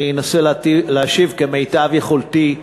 אני אנסה להשיב כמיטב יכולתי.